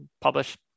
publish